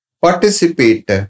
participate